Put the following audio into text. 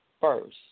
first